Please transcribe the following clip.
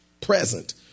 present